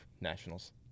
Nationals